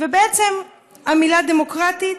ובעצם המילה "דמוקרטית"